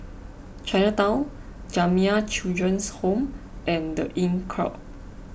Chinatown Jamiyah Children's Home and the Inncrowd